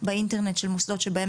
ואני